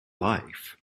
life